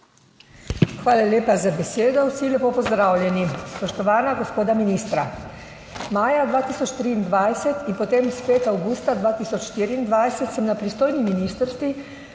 Hvala lepa za besedo. Vsi lepo pozdravljeni! Spoštovana gospoda ministra! Maja 2023 in potem spet avgusta 2024 sem na pristojni ministrstvi,